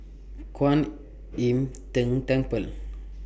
Kuan Im Tng Temple